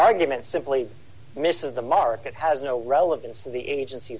argument simply misses the market has no relevance to the agency